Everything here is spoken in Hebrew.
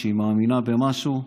כשהיא מאמינה במשהו.